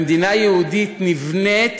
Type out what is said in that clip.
ומדינה יהודית נבנית